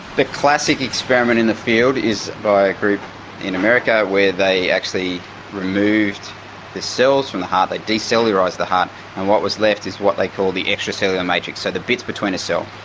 the classic experiment in the field is by a group in america where they actually removed the cells from the heart they decellurised the heart and what was left is what they call the extracellular matrix, so the bits between a cell.